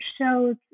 shows